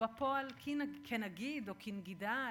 בפועל כנגיד או כנגידה,